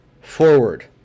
forward